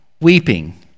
weeping